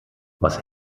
was